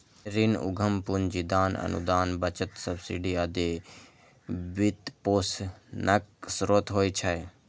ऋण, उद्यम पूंजी, दान, अनुदान, बचत, सब्सिडी आदि वित्तपोषणक स्रोत होइ छै